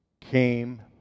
came